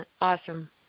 awesome